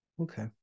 Okay